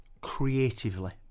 creatively